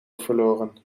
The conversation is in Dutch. verloren